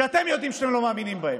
שאתם יודעים שאתם לא מאמינים בהם.